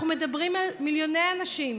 אנחנו מדברים על מיליוני אנשים